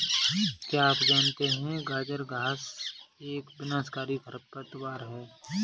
क्या आप जानते है गाजर घास एक विनाशकारी खरपतवार है?